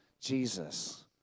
Jesus